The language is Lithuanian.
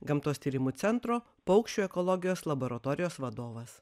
gamtos tyrimų centro paukščių ekologijos laboratorijos vadovas